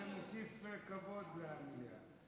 זה מוסיף כבוד למליאה.